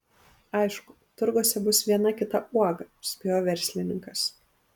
aišku turguose bus viena kita uoga spėjo verslininkas